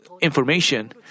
information